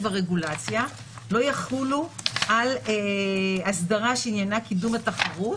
הרגולציה לא יחולו על אסדרה שעניינה קידום התחרות